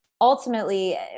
ultimately